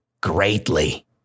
greatly